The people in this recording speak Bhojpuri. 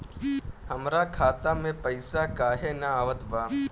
हमरा खाता में पइसा काहे ना आवत बा?